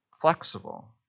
flexible